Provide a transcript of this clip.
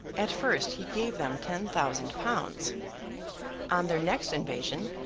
at first, he gave them ten thousand pounds on their next invasion,